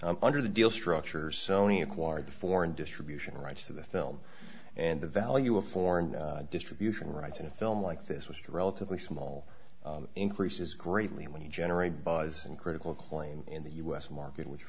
be under the deal structures sony acquired the foreign distribution rights to the film and the value of foreign distribution rights in a film like this was relatively small increases greatly when you generate buzz and critical acclaim in the u s market which